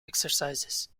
exercises